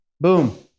Boom